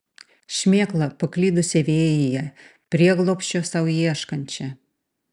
šmėklą paklydusią vėjyje prieglobsčio sau ieškančią